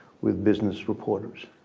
with business reporters.